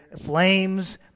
flames